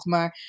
Maar